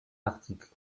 articles